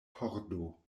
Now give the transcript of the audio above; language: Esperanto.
pordo